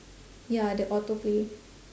ya the autoplay